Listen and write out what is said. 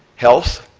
health,